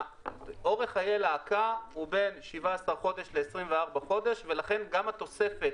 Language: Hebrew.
אורך חיי להקה הוא בין 17 חודשים ל-24 חודשים ולכן גם התוספת,